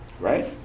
Right